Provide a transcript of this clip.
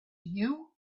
you